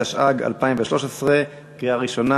התשע"ג 2013. קריאה ראשונה.